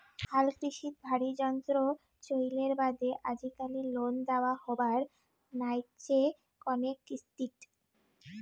হালকৃষিত ভারী যন্ত্রর চইলের বাদে আজিকালি লোন দ্যাওয়া হবার নাইগচে কণেক কিস্তিত